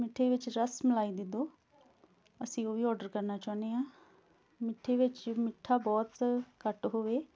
ਮਿੱਠੇ ਵਿੱਚ ਰਸ ਮਲਾਈ ਦੇ ਦਿਉ ਅਸੀਂ ਉਹ ਵੀ ਔਰਡਰ ਕਰਨਾ ਚਾਹੁੰਦੇ ਹਾਂ ਮਿੱਠੇ ਵਿੱਚ ਮਿੱਠਾ ਬਹੁਤ ਸਰ ਘੱਟ ਹੋਵੇ